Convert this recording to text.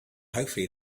hopefully